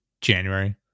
January